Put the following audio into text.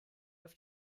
auf